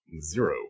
Zero